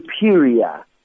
superior